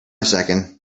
second